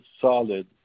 solid